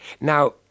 Now